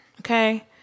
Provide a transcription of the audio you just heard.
Okay